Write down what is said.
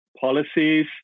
policies